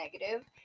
negative